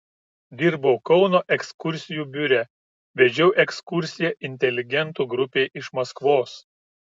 dirbau kauno ekskursijų biure vedžiau ekskursiją inteligentų grupei iš maskvos